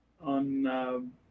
On